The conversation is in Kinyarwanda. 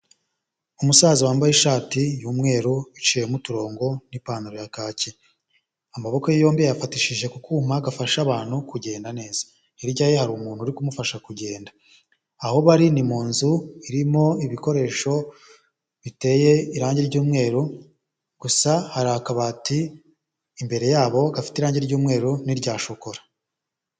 Umusaza wambaye ishati y'umweru uciyemo uturongo n'ipantaro ya kake amaboko yombi yafatishije ku kuma gafasha abantu kugenda neza, hirya ye hari umuntu uri kumufasha kugenda. Aho bari ni mu nzu irimo ibikoresho biteye irangi ry'umweru, gusa hari akabati imbere yabo gafite irangi ry'umweru n'irya shokora.